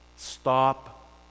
stop